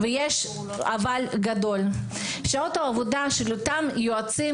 ויש אבל גדול - שעות העבודה של אותם יועצים,